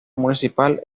municipal